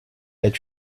est